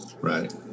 right